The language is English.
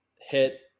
hit